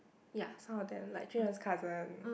ya some of them like jun han's cousin